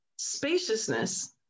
spaciousness